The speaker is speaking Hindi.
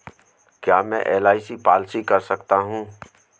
क्या मैं एल.आई.सी पॉलिसी कर सकता हूं?